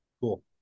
Cool